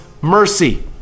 mercy